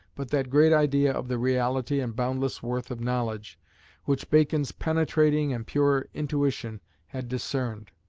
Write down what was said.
but that great idea of the reality and boundless worth of knowledge which bacon's penetrating and sure intuition had discerned,